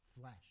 flesh